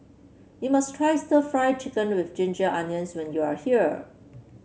you must try Stir Fried Chicken with Ginger Onions when you are here